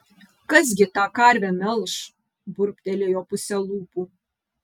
kas gi tą karvę melš burbtelėjo puse lūpų